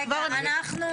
רגע, אנחנו,